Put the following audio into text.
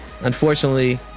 unfortunately